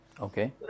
Okay